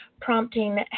prompting